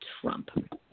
Trump